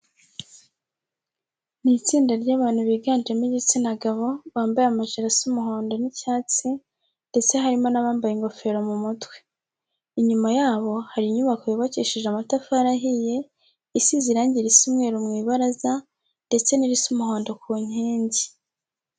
Ni itsinda ry'abantu biganjemo igitsina gabo, bambaye amajire asa umuhondo n'icyatsi ndetse harimo n'abambaye ingofero mu mutwe. Inyuma yabo hari inyubako yubakishije amatafari ahiye, isize irange risa umweru mu ibaraza ndetse n'irisa umuhondo ku nkingi.